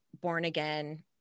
born-again